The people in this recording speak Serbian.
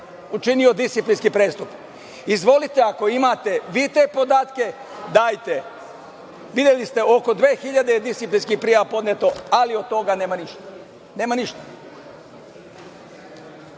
učinio disciplinski prestup. Izvolite, ako imate vi te podatke, dajte. Videli ste, oko 2.000 disciplinskih prijava je podneto, ali od toga nema ništa. Kako